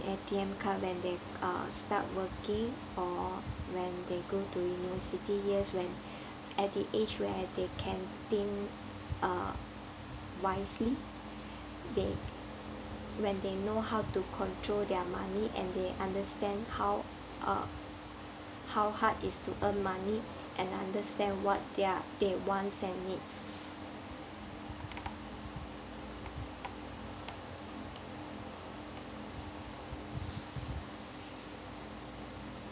A_T_M card when they uh start working or when they go to university years when at the age where they can think uh wisely they when they know how to control their money and they understand how uh how hard is to earn money and understand what their they wants and needs